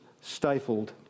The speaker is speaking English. stifled